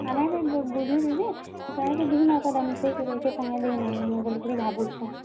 ଆମେ ବି ବୁଝୁଛୁଁ ଯେ କାଣା କି ଦୁଇମାସର୍ଟା ମିଶେଇକରି ଏକାସାଙ୍ଗରେ ଦେଇ ନେମୁଁ ବୋଲିକରି ଭାବୁଛୁଁ